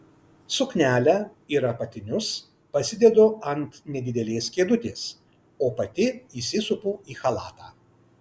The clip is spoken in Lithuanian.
suknelę ir apatinius pasidedu ant nedidelės kėdutės o pati įsisupu į chalatą